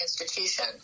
institution